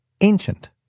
ancient